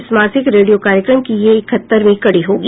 इस मासिक रेडियो कार्यक्रम की यह इकहत्तरवीं कड़ी होगी